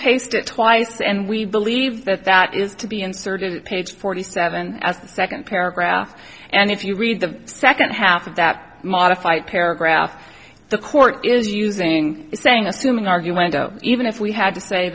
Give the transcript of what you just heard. paste it twice and we believe that that is to be inserted at page forty seven as the second paragraph and if you read the second half of that modified paragraph the court is using is saying assuming argument even if we had to say